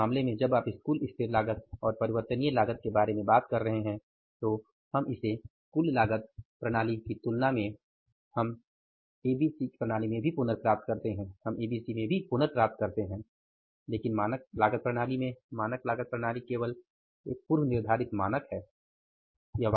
तो इस मामले में जब आप इस कुल स्थिर लागत और परिवर्तनीय लागत के बारे में बात कर रहे हैं तो हम इसे कुल लागत प्रणाली में भी पुनर्प्राप्त करते हैं हम ABC में भी पुनर्प्राप्त करते हैं लेकिन मानक लागत प्रणाली में मानक लागत प्रणाली केवल एक पूर्व निर्धारित मानक है